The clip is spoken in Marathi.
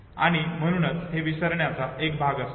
आणि म्हणूनच हे विसरण्याचा एक भाग असतो